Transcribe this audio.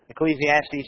Ecclesiastes